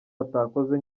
atakoze